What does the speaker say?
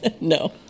No